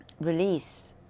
release